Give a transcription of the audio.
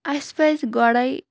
اَسہِ پَزِ گۄڈے